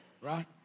Right